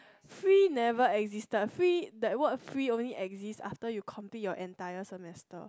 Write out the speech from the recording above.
free never existed free that word free only exist after you complete your entire semester